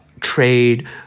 trade